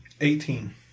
Eighteen